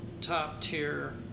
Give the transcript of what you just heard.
top-tier